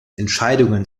entscheidungen